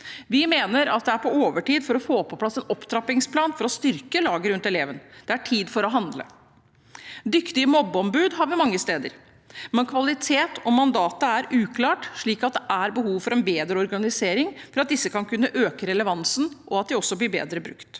Vi mener at vi er på overtid for å få på plass en opptrappingsplan for å styrke laget rundt eleven. Det er tid for å handle. Dyktige mobbeombud har vi mange steder, men kvalitet og mandat er uklart, så det er behov for en bedre organisering for at disse skal kunne øke relevansen, og at de også blir bedre brukt.